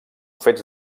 fets